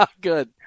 Good